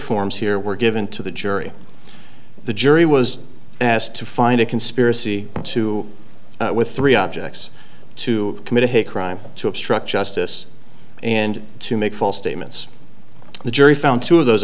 forms here were given to the jury the jury was asked to find a conspiracy to with three objects to commit a hate crime to obstruct justice and to make false statements the jury found two of those